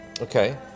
okay